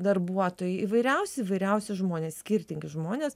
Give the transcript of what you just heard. darbuotojai įvairiausi įvairiausi žmonės skirtingi žmonės